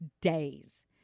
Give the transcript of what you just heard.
days